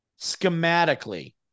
schematically